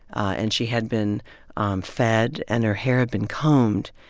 and she had been um fed, and her hair had been combed.